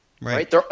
Right